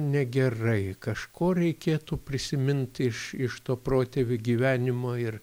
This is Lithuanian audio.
negerai kažko reikėtų prisiminti iš iš to protėvių gyvenimo ir